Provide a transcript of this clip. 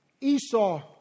Esau